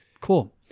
Cool